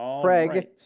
Craig